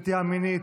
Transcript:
נטייה מינית.